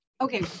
okay